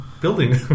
Building